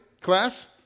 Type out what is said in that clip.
Class